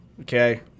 Okay